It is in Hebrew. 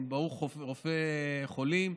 ברוך רופא חולים.